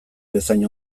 bezain